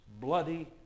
bloody